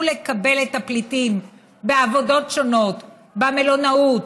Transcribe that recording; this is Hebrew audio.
לקבל את הפליטים בעבודות שונות: במלונאות,